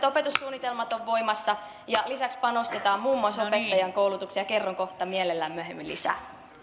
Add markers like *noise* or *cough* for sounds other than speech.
*unintelligible* opetussuunnitelmat ovat voimassa ja lisäksi panostetaan muun muassa opettajankoulutukseen kerron kohta mielelläni myöhemmin lisää